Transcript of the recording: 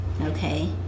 okay